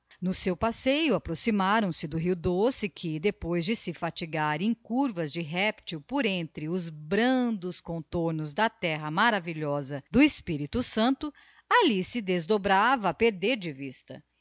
no seu passeio approximaram se do rio doce que depois de se fatigar em curvas de reptil por entre os brandos contornos da rerra maravilhosa do espirito santo alli se desdobrava a perder de vista